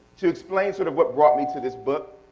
to explain sort of what brought me to this book,